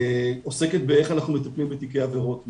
עוסקת באופן בו אנחנו מטפלים בתיקי עבירות מין.